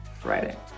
friday